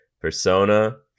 Persona